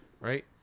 right